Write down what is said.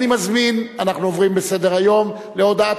אנחנו עוברים בסדר-היום לבקשת